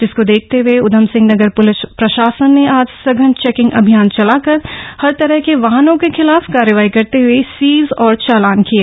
जिसको देखते हुए उधमसिंहनगर पुलिस प्रशासन ने आज सघन चेकिंग अभियान चलाकर हर तरह के वाहनों के खिलाफ कार्रवाई करते हुए सीज और चालान किए